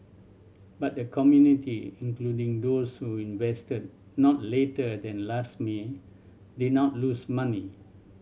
but the community including those who invested not later than last May did not lose money